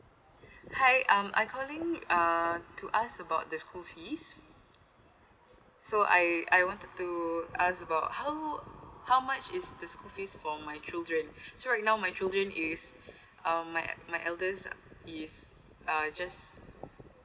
hi um I calling uh to ask about the school fees so I I want to ask about how how much is the school fees for my children so right now my children is um my my eldest is uh just